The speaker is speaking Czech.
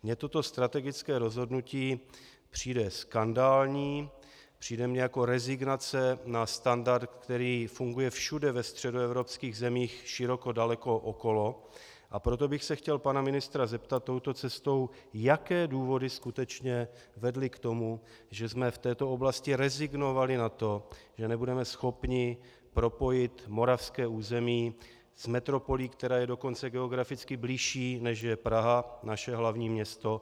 Mně toto strategické rozhodnutí přijde skandální, přijde mně jako rezignace na standard, který funguje všude ve středoevropských zemích široko daleko okolo, a proto bych se chtěl pana ministra zeptat touto cestou, jaké důvody skutečně vedly k tomu, že jsme v této oblasti rezignovali na to, že nebudeme schopni propojit moravské území s metropolí, která je dokonce geograficky bližší, než je Praha, naše hlavní město.